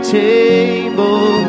table